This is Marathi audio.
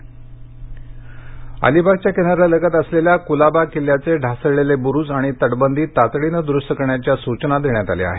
कलाबा किल्ला अलिबागच्या किनाऱ्यालगत असलेल्या कुलाबा किल्ल्याचे ढासळलेले बुरूज आणि तटबंदी तातडीनं दुरूस्त करण्याच्या सूचना देण्यात आल्या आहेत